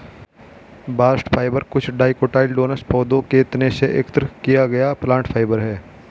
bast fibre कुछ dicotyledonous पौधों के तने से एकत्र किया गया प्लांट फाइबर है